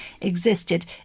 existed